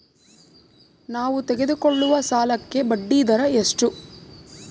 ನಾವು ತೆಗೆದುಕೊಳ್ಳುವ ಸಾಲಕ್ಕೆ ಬಡ್ಡಿದರ ಎಷ್ಟು?